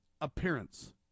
appearance